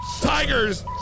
tigers